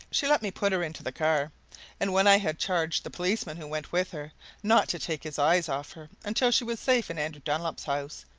she let me put her into the car and when i had charged the policeman who went with her not to take his eyes off her until she was safe in andrew dunlop's house,